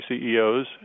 CEOs